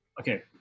okay